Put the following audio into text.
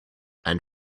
and